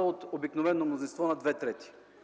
от обикновено мнозинство на мнозинство